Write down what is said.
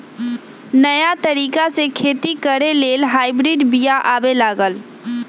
नयाँ तरिका से खेती करे लेल हाइब्रिड बिया आबे लागल